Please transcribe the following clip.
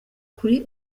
kuri